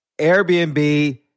Airbnb